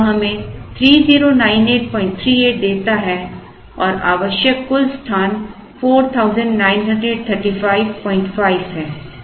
तो यह हमें 309838 देता है और आवश्यक कुल स्थान 49355 है